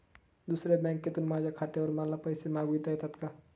दुसऱ्या बँकेतून माझ्या खात्यावर मला पैसे मागविता येतात का?